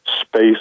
space